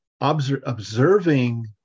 observing